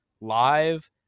live